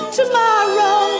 tomorrow